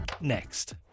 Next